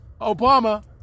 Obama